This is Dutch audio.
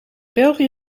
belgië